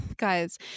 guys